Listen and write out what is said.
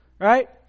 Right